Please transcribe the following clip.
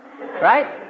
Right